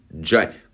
giant